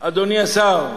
אדוני השר,